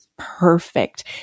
Perfect